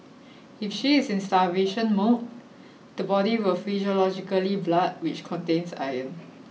if she is in starvation mode the body will physiologically blood which contains iron